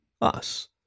Us